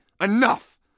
Enough